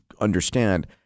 understand